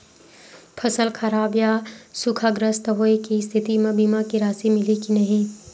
फसल खराब या सूखाग्रस्त होय के स्थिति म बीमा के राशि मिलही के नही?